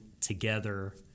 together